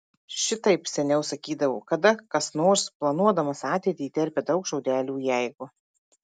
šitaip seniau sakydavo kada kas nors planuodamas ateitį įterpia daug žodelių jeigu